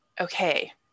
okay